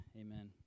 amen